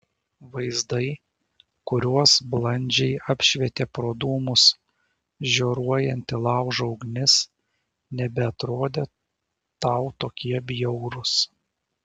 vaizdai kuriuos blandžiai apšvietė pro dūmus žioruojanti laužo ugnis nebeatrodė tau tokie bjaurūs